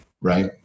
Right